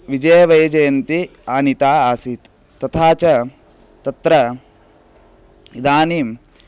विजयवैजयन्ती आनिता आसीत् तथा च तत्र इदानीं